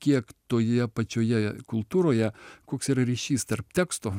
kiek toje pačioje kultūroje koks yra ryšys tarp teksto